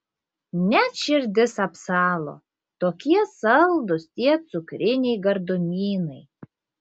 net širdis apsalo tokie saldūs tie cukriniai gardumynai